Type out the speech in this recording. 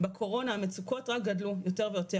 בקורונה המצוקות רק גדלו יותר ויותר.